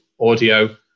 audio